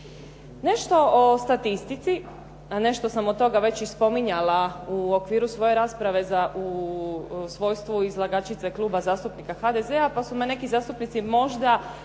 Nešto o statistici, a nešto sam od toga već i spominjala u okviru svoje rasprave u svojstvu izlagačice Kluba zastupnika HDZ-a pa su me neki zastupnici možda